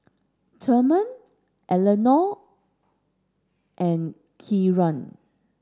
Thurman Elenora and Kieran